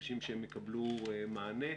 מרגישים שהם יקבלו מענה,